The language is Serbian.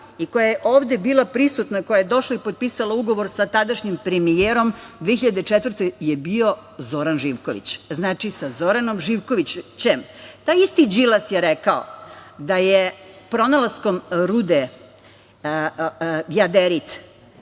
i koja je ovde bila prisutna, koja je došla i potpisala ugovor sa tadašnjim premijerom, to je 2004. godine bio Zoran Živković. Znači, sa Zoranom Živkovićem. Taj isti Đilas je rekao da je pronalazak rude jadarit,